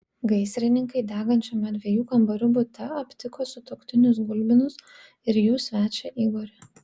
gaisrininkai degančiame dviejų kambarių bute aptiko sutuoktinius gulbinus ir jų svečią igorį